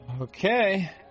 Okay